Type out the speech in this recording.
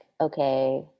okay